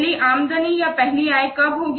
पहली आमदनी या पहली आय कब होगी